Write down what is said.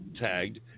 tagged